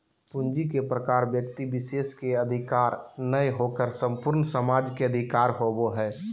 पूंजी के प्रकार व्यक्ति विशेष के अधिकार नय होकर संपूर्ण समाज के अधिकार होबो हइ